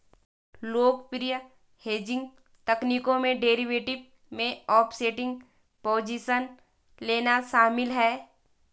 लोकप्रिय हेजिंग तकनीकों में डेरिवेटिव में ऑफसेटिंग पोजीशन लेना शामिल है